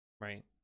right